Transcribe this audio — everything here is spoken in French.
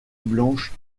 blanche